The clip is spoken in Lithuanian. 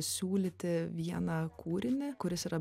siūlyti vieną kūrinį kuris yra